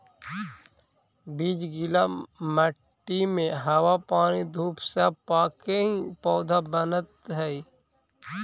बीज गीला मट्टी में हवा पानी धूप सब पाके ही पौधा बनऽ हइ